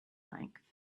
length